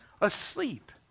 asleep